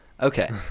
Okay